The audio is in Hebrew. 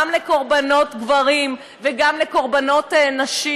גם לקורבנות גברים וגם לקורבנות נשים,